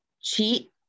cheat